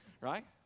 right